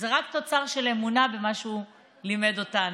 וזה רק תוצר של אמונה במה שהוא לימד אותנו.